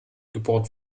gebohrt